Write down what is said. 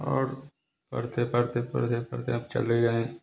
और पढ़ते पढ़ते पढ़ते पढ़ते अब चले गएँ